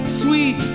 sweet